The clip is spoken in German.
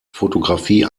fotografie